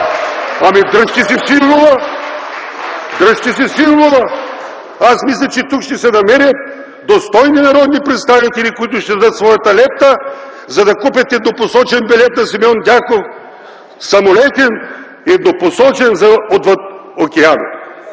Ами, дръжте си символа! Аз мисля, че тук ще се намерят достойни народни представители, които ще дадат своята лепта, за да купят еднопосочен билет на Симеон Дянков, самолетен, еднопосочен за отвъд океана.